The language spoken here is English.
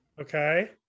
Okay